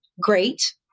Great